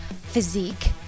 Physique